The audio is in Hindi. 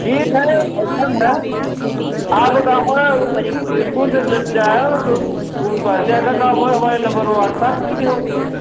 ठीक है अइसे में आपका काम है ऊ इस्कूल से जब जइयो तो ऊ पर्चा का काम होए हमारे नम्बर वॉट्सआप कइ दिहो